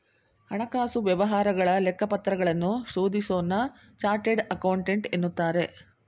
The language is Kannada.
ಹಣಕಾಸು ವ್ಯವಹಾರಗಳ ಲೆಕ್ಕಪತ್ರಗಳನ್ನು ಶೋಧಿಸೋನ್ನ ಚಾರ್ಟೆಡ್ ಅಕೌಂಟೆಂಟ್ ಎನ್ನುತ್ತಾರೆ